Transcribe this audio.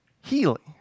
healing